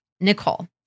Nicole